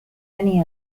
many